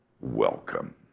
welcome